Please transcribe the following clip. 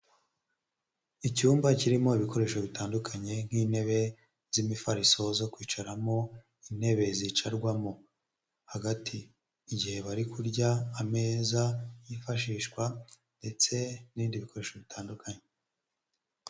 Icyumba kirimo ibikoresho bitandukanye nk'intebe z'imifariso zo kwicaramo, intebe zicarwamo hagati igihe bari kurya, ameza yifashishwa ndetse n'ibindi bikoresho bitandukanye.